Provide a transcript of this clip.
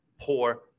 Poor